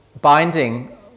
binding